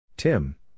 Tim